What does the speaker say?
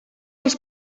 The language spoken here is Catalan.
els